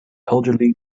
elderly